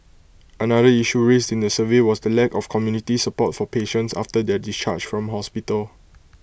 another issue raised in the survey was the lack of community support for patients after their discharge from hospital